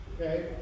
Okay